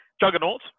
Juggernaut